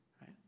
right